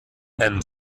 and